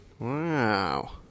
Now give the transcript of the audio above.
Wow